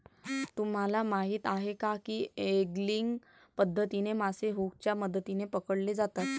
तुम्हाला माहीत आहे का की एंगलिंग पद्धतीने मासे हुकच्या मदतीने पकडले जातात